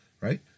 right